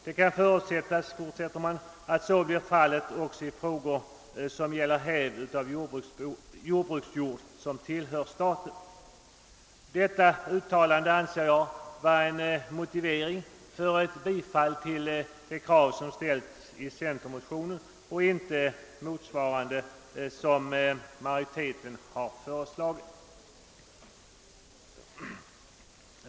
Det kan förutsättas att så blir fallet också i frågor som gäller hävd av jordbruksjord, som tillhör staten.> Detta uttalande anser jag utgör motivering för ett bifall till det krav som ställts i centermotionen och inte för vad utskottsmajoriteten har föreslagit.